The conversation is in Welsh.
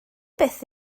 byth